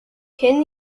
kenne